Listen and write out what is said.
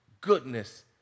goodness